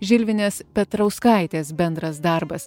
žilvinės petrauskaitės bendras darbas